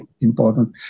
important